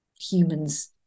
humans